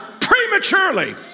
prematurely